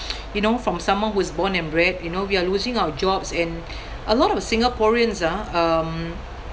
you know from someone who's born and bred you know we're losing our jobs and a lot of singaporeans ah um